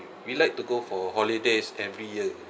we like to go for holidays every year